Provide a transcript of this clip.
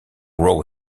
row